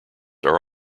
are